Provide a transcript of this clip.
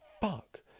Fuck